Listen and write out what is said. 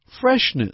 freshness